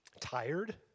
tired